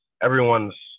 everyone's